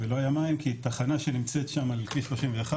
ולא היה מים כי תחנה שנמצאת שם על כביש 31,